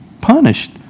Punished